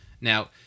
Now